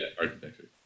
architecture